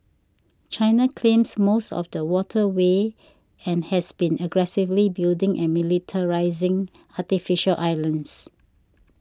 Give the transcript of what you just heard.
china claims most of the waterway and has been aggressively building and militarising artificial islands